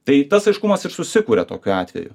tai tas aiškumas ir susikuria tokiu atveju